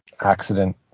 accident